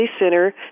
center